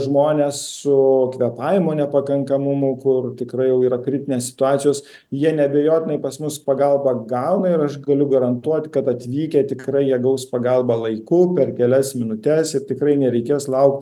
žmonės su kvėpavimo nepakankamumu kur tikrai jau yra kritinės situacijos jie neabejotinai pas mus pagalbą gauna ir aš galiu garantuoti kad atvykę tikrai jie gaus pagalbą laiku per kelias minutes ir tikrai nereikės laukt